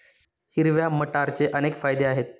हिरव्या मटारचे अनेक फायदे आहेत